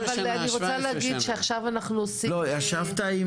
ישבת עם